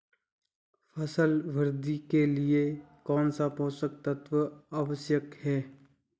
फसल वृद्धि के लिए कौनसे पोषक तत्व आवश्यक हैं?